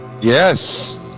Yes